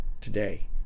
today